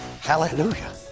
Hallelujah